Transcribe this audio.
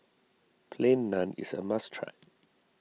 Plain Naan is a must try